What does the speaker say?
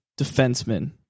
defenseman